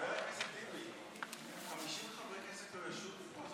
חבר הכנסת טיבי, 50 חברי כנסת לא ישובו לפה?